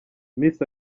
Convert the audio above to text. miss